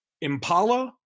Impala